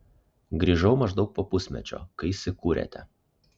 grįžau maždaug po pusmečio kai įsikūrėte